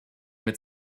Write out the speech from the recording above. mit